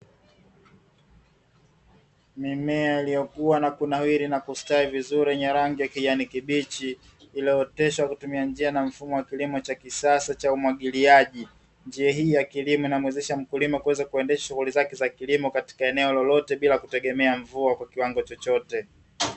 Mimea iliyokuwa na kunawiri na kustawi vizuri yenye rangi ya kijani kibichi iliyooteshwa kupitia njia na mfumo wa kilimo cha kisasa cha umwagiliaji, njia hii ya kilimo inamuwezesha mkulima kuweza kuendesha shghuli zake za kilimo katika eneo lolote bila kutegemea mvua kwa kiwango chochote.